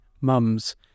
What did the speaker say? MUMS